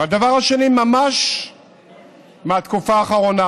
והדבר השני ממש מהתקופה האחרונה.